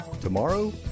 Tomorrow